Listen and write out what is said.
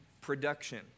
production